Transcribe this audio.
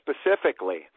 specifically